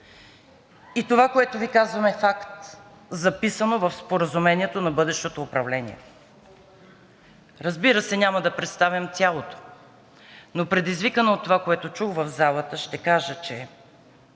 И това, което Ви казвам, е факт, записано е в споразумението на бъдещото управление. Разбира се, няма да го представям цялото, но предизвикана от това, което чух в залата, ще кажа, че